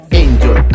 angel